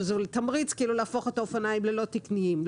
וזה תמריץ כאילו להפוך את האופניים ללא תקניים,